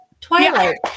Twilight